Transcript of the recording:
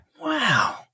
Wow